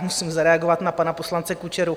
Musím zareagovat na pana poslance Kučeru.